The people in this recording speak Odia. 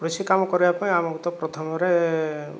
କୃଷି କାମ କରିବା ପାଇଁ ଆମକୁ ତ ପ୍ରଥମରେ